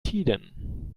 tiden